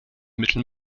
mitteln